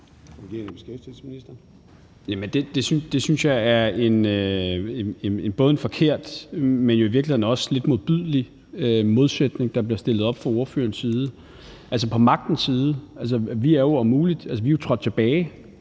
det synes jeg er en både forkert, men i virkeligheden også lidt modbydelig modsætning, der bliver stillet op fra ordførerens side. Altså, i forhold til